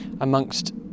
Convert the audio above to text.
amongst